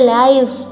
life